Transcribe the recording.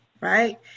right